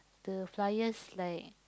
the flyers like